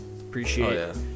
appreciate